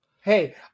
hey